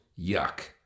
Yuck